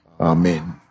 Amen